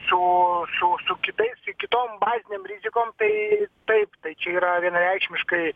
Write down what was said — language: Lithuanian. su su su kitais kitom bazinėm rizikom tai taip tai čia yra vienareikšmiškai